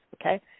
okay